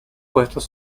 puestos